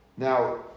Now